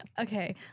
Okay